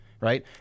right